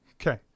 Okay